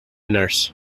nurse